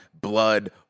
blood